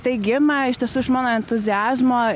tai gimė iš tiesų iš mano entuziazmo